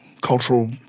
cultural